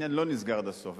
העניין לא נסגר עד הסוף.